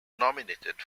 nominated